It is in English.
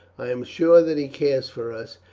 i am sure that he cares for us,